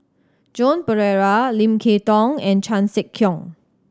Joan Pereira Lim Kay Tong and Chan Sek Keong